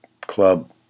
Club